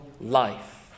life